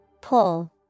Pull